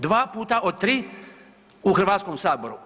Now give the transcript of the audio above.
Dva puta o tri u Hrvatskom saboru.